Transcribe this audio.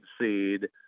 seed